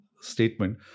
statement